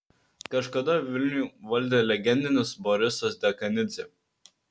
kažkada vilnių valdė legendinis borisas dekanidzė